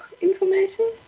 information